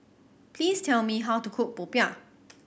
please tell me how to cook popiah